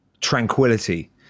tranquility